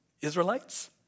Israelites